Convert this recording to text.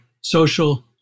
social